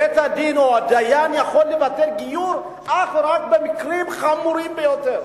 בית-הדין או הדיין יכולים לבטל גיור אך ורק במקרים חמורים ביותר,